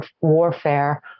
warfare